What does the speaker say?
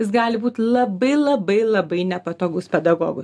jis gali būt labai labai labai nepatogus pedagogui